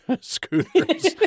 scooters